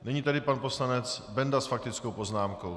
Nyní tedy pan poslanec Benda s faktickou poznámkou.